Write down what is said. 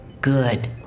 good